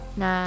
na